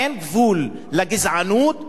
אין גבול לגזענות ולשנאה.